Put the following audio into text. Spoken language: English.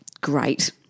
Great